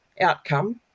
outcome